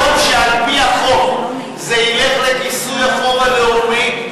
במקום שעל-פי החוק זה ילך לכיסוי החוב הלאומי,